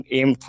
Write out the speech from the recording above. aim